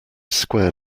square